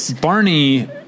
Barney